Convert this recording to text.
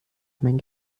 mein